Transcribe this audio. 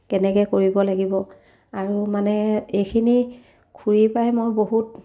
কেনেকৈ কৰিব লাগিব আৰু মানে এইখিনি খুৰীৰ পৰাই মই বহুত